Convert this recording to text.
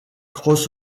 cross